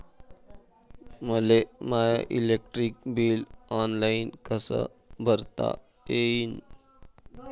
मले my electric bill online कस भरता येईन?